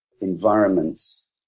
environments